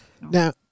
Now